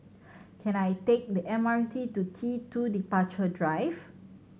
can I take the M R T to T Two Departure Drive